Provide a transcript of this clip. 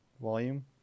volume